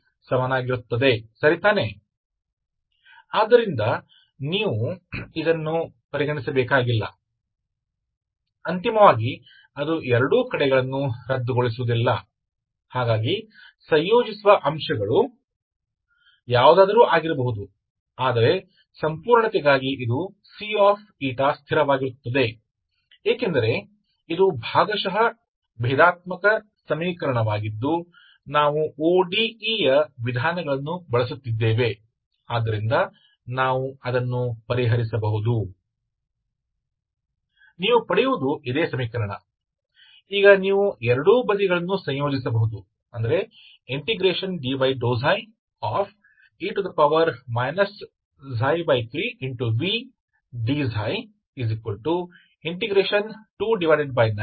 तो आपको इस पर विचार करने की आवश्यकता नहीं है C ठीक है इसलिए अंत में यह दोनों पक्षों को रद्द नहीं कर रहा है इसलिए कारकों को एकीकृत करना कुछ भी हो सकता हैलेकिन पूर्णता के लिए यह स्थिर नहीं है इसकी स्थिरता वास्तव में है C आप C को चुन सकते हैं क्योंकि यह पार्शियल डिफरेंशियल समीकरण है जिसे हम ODE's के तरीकों का उपयोग कर रहे हैं ताकि हम इसे हल कर सकें